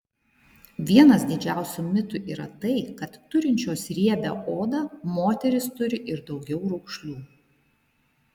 vienas didžiausių mitų yra tai kad turinčios riebią odą moterys turi ir daugiau raukšlių